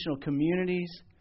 communities